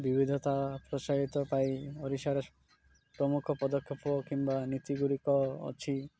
ବିିବିଧତା ପ୍ରୋତ୍ସାହିତ ପାଇଁ ଓଡ଼ିଶାରେ ପ୍ରମୁଖ ପଦକ୍ଷେପ କିମ୍ବା ନୀତିଗୁଡ଼ିକ ଅଛି